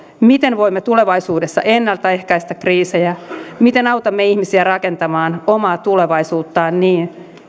miten voimme tulevaisuudessa ennaltaehkäistä kriisejä miten autamme ihmisiä rakentamaan omaa tulevaisuuttaan niin